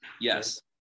Yes